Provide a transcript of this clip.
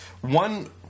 one